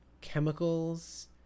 chemicals